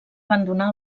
abandonar